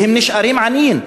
והם נשארים עניים.